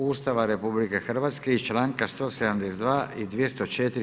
Ustava RH i članka 172. i 204.